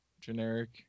generic